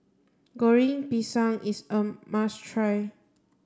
Goreng Pisang is a must try